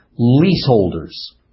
leaseholders